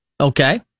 Okay